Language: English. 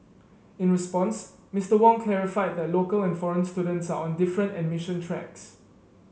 in response Mister Wong clarified that local and foreign students are on different admission tracks